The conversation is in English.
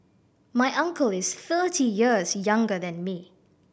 my uncle is thirty years younger than me